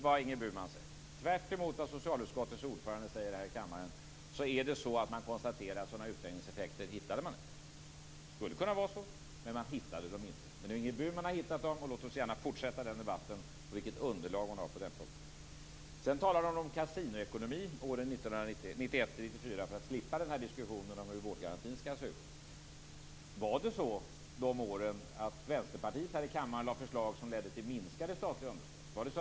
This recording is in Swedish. Och tvärtemot vad socialutskottets ordförande Ingrid Burman säger här i kammaren konstaterar man att man inte hittade sådana utträngningseffekter. Det skulle kunna vara så, men man hittade dem inte. Men Ingrid Burman har hittat dem, och låt oss gärna fortsätta den debatten och låt oss få höra vilket underlag hon har på den punkten. Sedan talade hon om kasinoekonomin åren 1991 1994 för att slippa den här diskussionen om hur vårdgarantin skall se ut. Var det så under dessa år att Vänsterpartiet här i kammaren lade fram förslag som ledde till minskade statliga underskott?